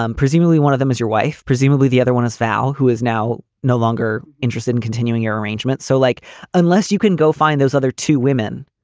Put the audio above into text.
um presumably one of them is your wife. presumably the other one is vall, who is now no longer interested in continuing your arrangement. so like unless you can go find those other two women,